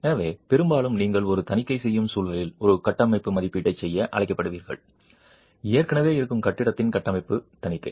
எனவே பெரும்பாலும் நீங்கள் ஒரு தணிக்கை செய்யும் சூழலில் ஒரு கட்டமைப்பு மதிப்பீட்டைச் செய்ய அழைக்கப்படுவீர்கள் ஏற்கனவே இருக்கும் கட்டிடத்தின் கட்டமைப்பு தணிக்கை